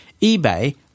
eBay